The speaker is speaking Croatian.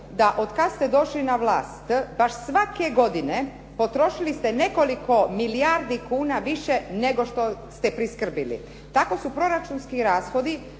da od kada ste došli na vlast baš svake godine potrošili ste nekoliko milijardi kuna više, nego što ste priskrbili. Tako su proračunski rashodi